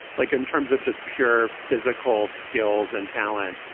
like in terms of just pure physical skills and talent,